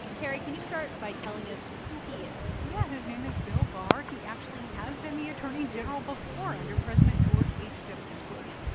carrie, can you start by telling us who he is? yeah. his name is bill barr. he actually has been the attorney general before under president george h w. bush.